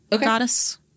goddess